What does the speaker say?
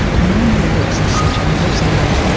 memory works in such amazing ways,